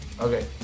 Okay